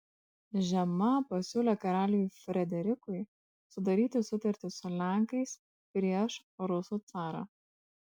žema pasiūlė karaliui frederikui sudaryti sutartį su lenkais prieš rusų carą